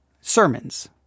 sermons